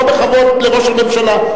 לא בכבוד לראש הממשלה.